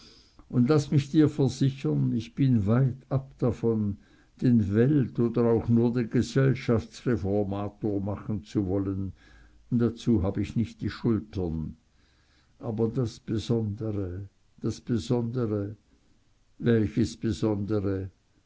und laß mich dir versichern ich bin weit ab davon den welt oder auch nur den gesellschaftsreformator machen zu wollen dazu hab ich nicht die schultern aber das besondre das besondre welches besondre